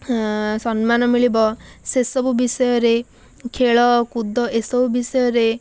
ସମ୍ମାନ ମିଳିବ ସେସବୁ ବିଷୟରେ ଖେଳକୁଦ ଏସବୁ ବିଷୟରେ